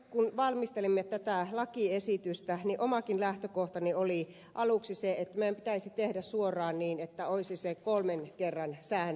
kun valmistelimme tätä lakiesitystä omakin lähtökohtani oli aluksi se että meidän pitäisi tehdä suoraan niin että olisi se kolmen kerran sääntö tässä